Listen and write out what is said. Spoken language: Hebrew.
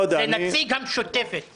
לא, זה נציג המשותפת.